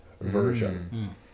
version